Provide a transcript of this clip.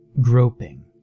groping